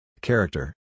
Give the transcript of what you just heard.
Character